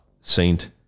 Saint